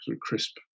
crisp